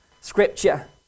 scripture